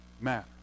matter